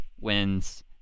wins